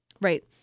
Right